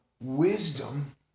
wisdom